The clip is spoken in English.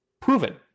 proven